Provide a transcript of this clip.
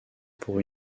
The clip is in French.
pour